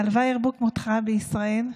הלוואי שירבו כמותך בישראל,